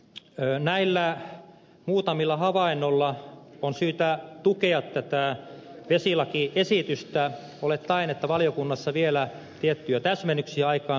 näillä muutamilla havainnoilla on syytä tukea tätä vesilakiesitystä olettaen että valiokunnassa vielä tiettyjä täsmennyksiä aikaansaadaan